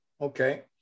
Okay